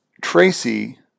Tracy